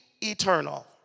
eternal